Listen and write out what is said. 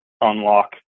unlock